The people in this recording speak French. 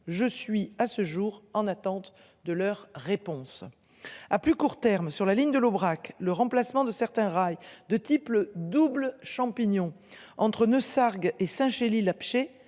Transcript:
Je suis à ce jour en attente de leur réponse. À plus court terme sur la ligne de l'Aubrac, le remplacement de certains rails de type le double champignons entre Neussargues et Saint Chély la psyché